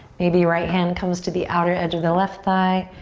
maybe right hand comes to the outer edge of the left thigh,